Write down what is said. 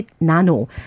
Nano